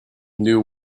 new